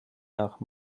nach